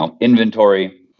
inventory